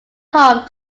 home